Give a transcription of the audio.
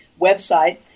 website